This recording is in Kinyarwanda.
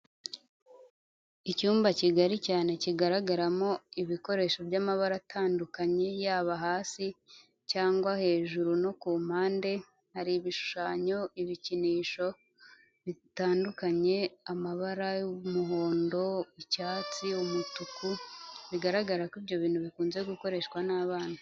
Icyumba kigari cyane kigaragaramo ibikoresho by'amabara atandukanye yaba hasi cyangwa hejuru no ku mpande hari ibishushanyo; ibikinisho bitandukanye amabara y'umuhondo, icyatsi, umutuku bigaragara ko ibyo bintu bikunze gukoreshwa n'abana.